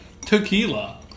Tequila